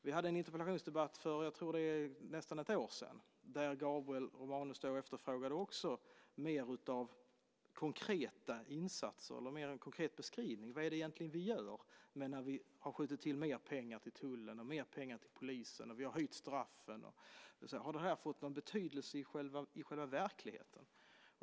Vi hade en interpellationsdebatt för nästan ett år sedan där Gabriel Romanus efterfrågade mer av konkreta insatser, en konkret beskrivning av vad vi egentligen gör. Vi har skjutit till mer pengar till tullen och mer pengar till polisen. Vi har höjt straffen. Har det fått någon betydelse i verkligheten?